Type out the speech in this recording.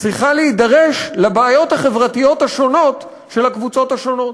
צריכה להידרש לבעיות החברתיות השונות של הקבוצות השונות.